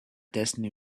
destiny